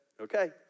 Okay